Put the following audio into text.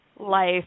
Life